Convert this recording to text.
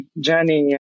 journey